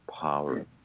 power